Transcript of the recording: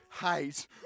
hate